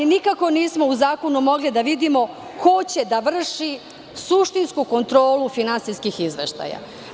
Nikako nismo u zakonu mogli da vidimo ko će da vrši suštinsku kontrolu finansijskih izveštaja.